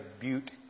Butte